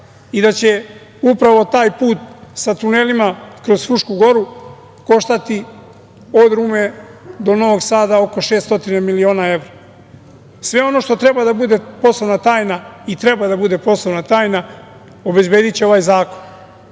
i da će upravo taj put sa tunelima kroz Frušku goru koštati od Rume do Novog Sada koštati oko 600 miliona evra. Sve ono što treba da bude poslovna tajna i treba da bude poslovna tajna obezbediće ovaj zakon.